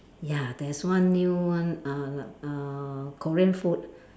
ya there's one new one uh uh Korean food